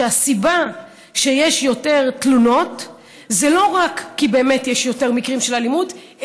שהסיבה שיש יותר תלונות זה לא רק כי באמת יש יותר מקרים של אלימות,